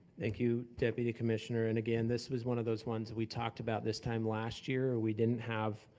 thank you, deputy commissioner, and again, this was one of those ones we talked about this time last year. we didn't have